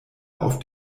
auf